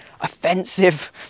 offensive